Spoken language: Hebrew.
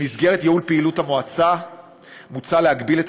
במסגרת ייעול פעילות המועצה מוצע להגביל את